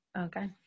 okay